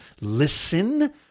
listen